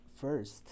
first